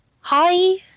Hi